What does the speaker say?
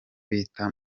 bita